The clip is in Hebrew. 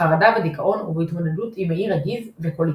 חרדה ודיכאון ובהתמודדות עם מעי רגיז וקוליטיס.